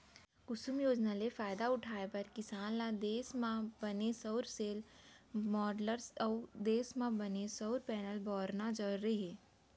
कुसुम योजना ले फायदा उठाए बर किसान ल देस म बने सउर सेल, माँडलर अउ देस म बने सउर पैनल बउरना जरूरी हे